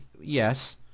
Yes